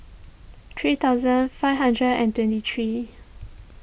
three thousand five hundred and twenty three